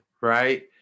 right